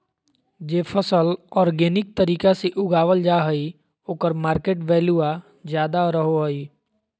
जे फसल ऑर्गेनिक तरीका से उगावल जा हइ ओकर मार्केट वैल्यूआ ज्यादा रहो हइ